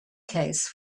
case